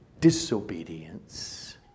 disobedience